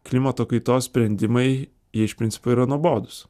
klimato kaitos sprendimai jie iš principo yra nuobodūs